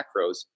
macros